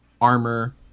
armor